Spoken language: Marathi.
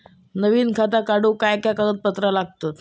नवीन खाता काढूक काय काय कागदपत्रा लागतली?